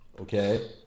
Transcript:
Okay